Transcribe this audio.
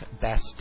best